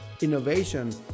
innovation